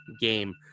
game